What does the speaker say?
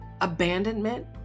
abandonment